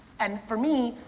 and for me,